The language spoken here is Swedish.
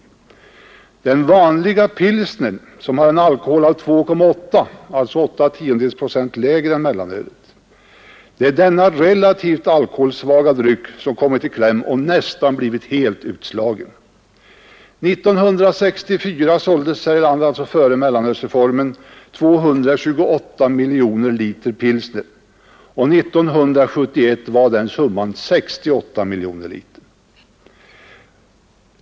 Den relativt alkoholsvaga vanliga pilsnern, som har en alkoholhalt av 2,8 procent — alltså 0,8 procent lägre än mellanölet — har kommit i kläm och nästan blivit helt utslagen. År 1964 — dvs. före mellanölsreformen — såldes här i landet 228 miljoner liter pilsner och 1971 var summan 68 miljoner liter.